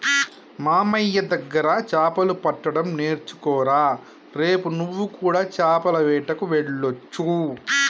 మామయ్య దగ్గర చాపలు పట్టడం నేర్చుకోరా రేపు నువ్వు కూడా చాపల వేటకు వెళ్లొచ్చు